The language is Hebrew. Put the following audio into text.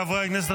חברי הכנסת,